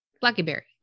Blackberry